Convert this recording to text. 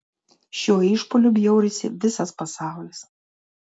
šiuo išpuoliu bjaurisi visas pasaulis